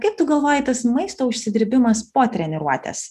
kaip tu galvoji tas maisto užsidirbimas po treniruotės